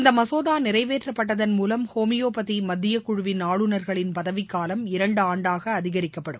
இந்த மசோதா நிறைவேற்றப்பட்டதன் மூலம் ஹோமியோபதி மத்தியக் குமுவின் ஆளுநர்களின் பதவிக்காலம் இரண்டாண்டாக அதிகரிக்கப்படும்